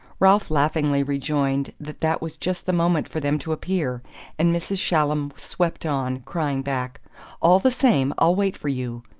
ralph laughingly rejoined that that was just the moment for them to appear and mrs. shallum swept on, crying back all the same, i'll wait for you!